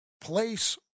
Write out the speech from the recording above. place